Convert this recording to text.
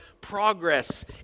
progress